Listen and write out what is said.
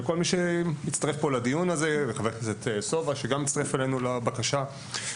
גם חבר הכנסת סובה הצטרף אלינו לבקשה.